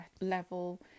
level